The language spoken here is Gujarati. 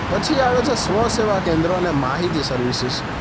પછી આવે છે સ્વ સેવા કેન્દ્રો અને માહિતી સર્વિસિસ